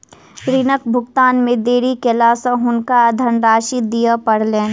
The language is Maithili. ऋणक भुगतान मे देरी केला सॅ हुनका धनराशि दिअ पड़लैन